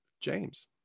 James